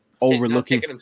overlooking